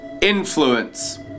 influence